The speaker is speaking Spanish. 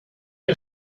que